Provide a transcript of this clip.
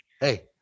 Hey